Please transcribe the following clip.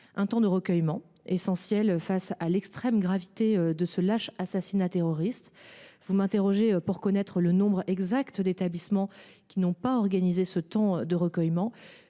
un temps de recueillement essentiel face à l’extrême gravité de ce lâche assassinat terroriste. Vous m’interrogez pour connaître le nombre exact d’établissements qui n’ont pas organisé ce temps de recueillement.